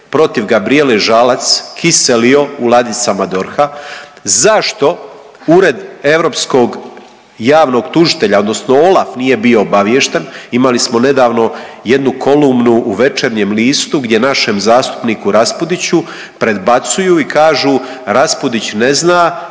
protiv Gabrijele Žalac kiselio u ladicama DORH-a, zašto Ured europskog javnog tužitelja, odnosno OLAF nije bio obaviješten, imali smo nedavno jednu kolumnu u Večernjem listu gdje našem zastupniku Raspudiću predbacuju i kažu, Raspudić ne zna